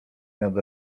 nad